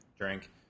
drink